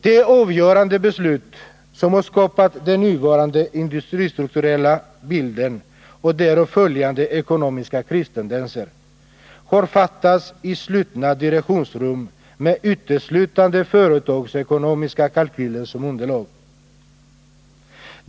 De avgörande beslut som har skapat den nuvarande industristrukturella bilden i Göteborgsregionen och därav följande ekonomiska kristendenser har fattats i slutna direktionsrum med uteslutande företagsekonomiska kalkyler som underlag.